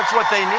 what they